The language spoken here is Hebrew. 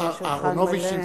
השולחן מלא.